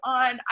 on